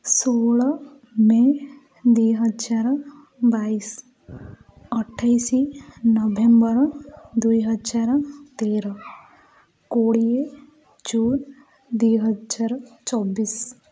ଷୋହଳ ମେ' ଦୁଇହଜାର ବାଇଶ ଅଠେଇଶ ନଭେମ୍ବର ଦୁଇହଜାର ତେର କୋଡ଼ିଏ ଜୁନ୍ ଦୁଇହଜାର ଚବିଶ